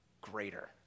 greater